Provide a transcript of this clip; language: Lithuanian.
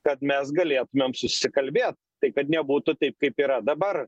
kad mes galėtumėm susikalbėt tai kad nebūtų taip kaip yra dabar